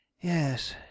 Yes